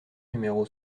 numéro